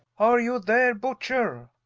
are you there butcher?